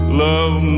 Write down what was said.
love